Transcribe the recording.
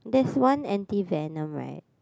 is one anti venom right